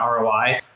ROI